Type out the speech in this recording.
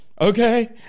okay